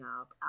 up